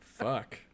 fuck